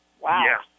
Wow